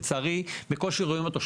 לצערי, בקושי רואים אותו שם.